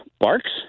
barks